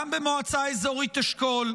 גם במועצה האזורית אשכול,